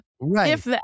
Right